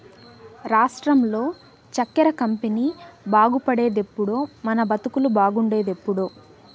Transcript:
రాష్ట్రంలో చక్కెర కంపెనీ బాగుపడేదెప్పుడో మన బతుకులు బాగుండేదెప్పుడో